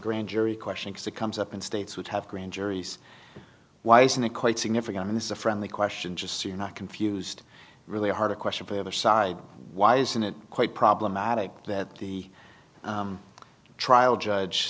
grand jury question because it comes up in states which have grand juries why isn't it quite significant and this is a friendly question just so you're not confused really hard a question for the other side why isn't it quite problematic that the trial judge